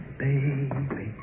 baby